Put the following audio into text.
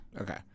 Okay